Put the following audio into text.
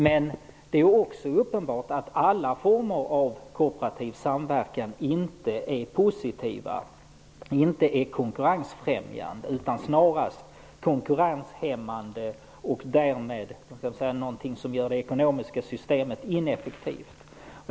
Men det är också uppenbart att alla former av kooperativ samverkan inte är positiva eller konkurrensfrämjande utan snarast konkurrenshämmande och därmed någonting som gör det ekonomiska systemet ineffektivt.